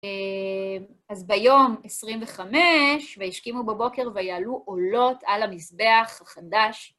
אז ביום 25 וישכימו בבוקר ויעלו עולות על המזבח החדש.